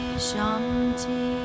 Shanti